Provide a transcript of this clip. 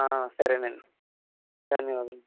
సరే అండి ధన్యవాదాలు